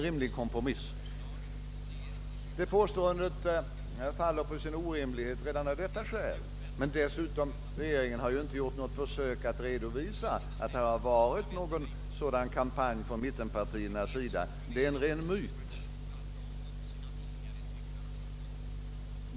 Ett sådant påstående faller på sin egen orimlighet. Dessutom har regeringen inte försökt redovisa att någon sådan kampanj förekommit från mittenpartiernas sida. Påståendet är en ren myt.